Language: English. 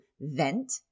vent